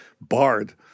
barred